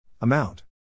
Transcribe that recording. amount